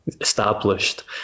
established